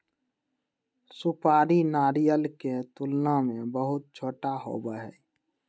सुपारी नारियल के तुलना में बहुत छोटा होबा हई